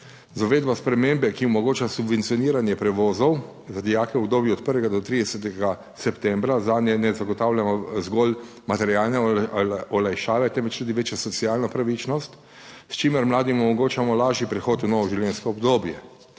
Z uvedbo spremembe, ki omogoča subvencioniranje prevozov za dijake v obdobju od 1. do 30. septembra, zanje ne zagotavljamo zgolj materialne olajšave, temveč tudi večjo socialno pravičnost, s čimer mladim omogočamo lažji prehod v novo življenjsko obdobje.